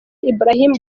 ibrahim